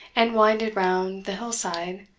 and winded round the hillside,